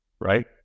right